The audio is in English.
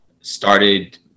started